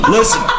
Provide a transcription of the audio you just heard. Listen